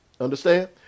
Understand